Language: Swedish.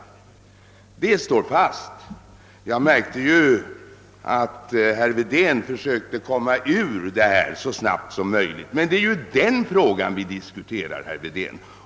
Det står fast. Jag märkte att herr Wedén så snabbt som möjligt försökte komma ut ur detta. Men det är ju den frågan vi diskuterar, herr Wedén.